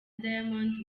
diamond